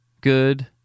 good